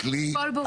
הכל ברור.